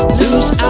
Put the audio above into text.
lose